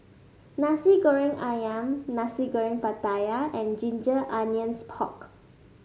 Nasi Goreng ayam Nasi Goreng Pattaya and Ginger Onions Pork